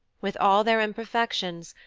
with all their imperfections,